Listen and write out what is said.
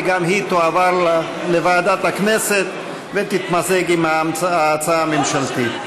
וגם היא תועבר לוועדת הכנסת ותתמזג עם ההצעה הממשלתית.